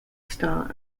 star